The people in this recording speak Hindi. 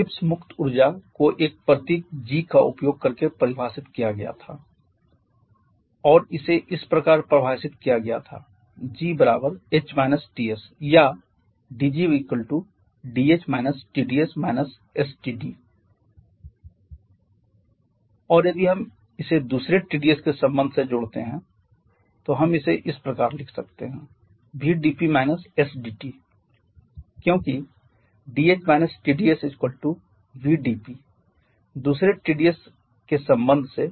गिब्स मुक्त ऊर्जा को एक प्रतीक g का उपयोग करके परिभाषित किया गया था और इसे इस प्रकार परिभाषित किया गया था g h − Ts या dg dh − Tds − sdT और यदि हम इसे दूसरे Tds के संबंध से जोड़ते हैं तो हम इसे इस प्रकार लिख सकते हैं vdP − sdT क्योंकि dh − Tds vdP दूसरे Tds के संबंध से